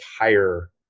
entire